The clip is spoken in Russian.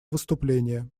выступление